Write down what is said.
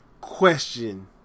question